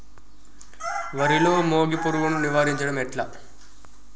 వరిలో మోగి పురుగును నివారించడం ఎట్లా?